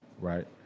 Right